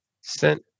sent